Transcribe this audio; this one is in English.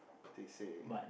they say